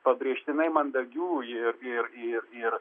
pabrėžtinai mandagių ir ir ir ir